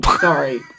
Sorry